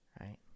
right